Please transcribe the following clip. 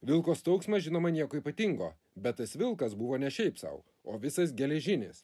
vilko staugsmas žinoma nieko ypatingo bet tas vilkas buvo ne šiaip sau o visas geležinis